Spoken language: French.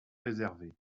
réservé